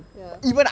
ya